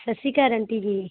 ਸਤਿ ਸ਼੍ਰੀ ਅਕਾਲ ਆਂਟੀ ਜੀ